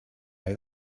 know